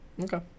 Okay